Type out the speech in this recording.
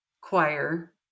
choir